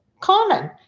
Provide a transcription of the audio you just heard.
common